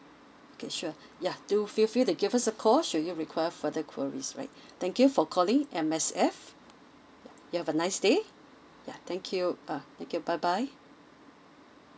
okay sure yeuh do feel free to give us a call should you require further queries right thank you for calling M_S_F you have a nice day ya thank you uh thank you bye bye